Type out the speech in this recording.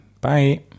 Bye